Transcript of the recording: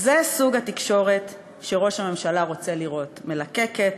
זה סוג התקשורת שראש הממשלה רוצה לראות: מלקקת,